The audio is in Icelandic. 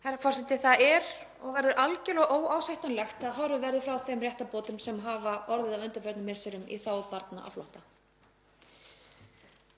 Það er og verður algerlega óásættanlegt að horfið verði frá þeim réttarbótum sem hafa orðið á undanförnum misserum í þágu barna á flótta.